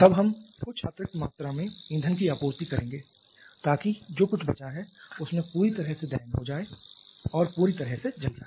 तब हम कुछ अतिरिक्त मात्रा में ईंधन की आपूर्ति करेंगे ताकि जो कुछ बचा है उसमें पूरी तरह से दहन हो जाए या पूरी तरह से जल जाए